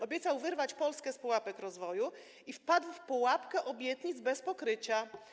Obiecał wyrwać Polskę z pułapek rozwoju i wpadł w pułapkę obietnic bez pokrycia.